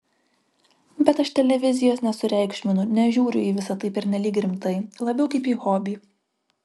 bet aš televizijos nesureikšminu nežiūriu į visa tai pernelyg rimtai labiau kaip į hobį